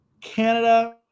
Canada